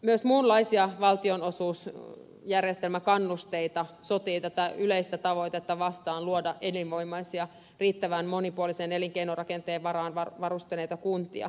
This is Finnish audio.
myös muunlaiset valtionosuusjärjestelmäkannusteet sotivat tätä yleistä tavoitetta vastaan luoda elinvoimaisia riittävän monipuolisen elinkeinorakenteen varaan varustautuneita kuntia